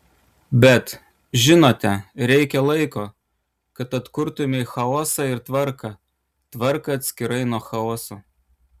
bet žinote reikia laiko kad atkurtumei chaosą ir tvarką tvarka atskirai nuo chaoso